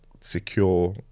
secure